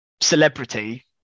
celebrity